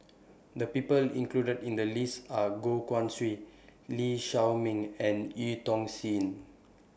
The People included in The list Are Goh Guan Siew Lee Shao Meng and EU Tong Sen